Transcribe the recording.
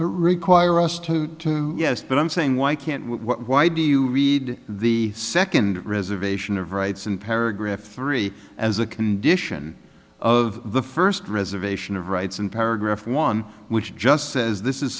require us to yes but i'm saying why can't we why do you read the second reservation of rights in paragraph three as a condition of the first reservation of rights in paragraph one which just says this is